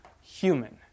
human